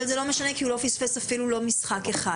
אבל זה לא משנה כי הוא לא פספס אפילו לא משחק אחד.